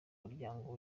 muryango